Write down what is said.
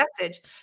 message